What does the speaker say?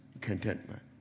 contentment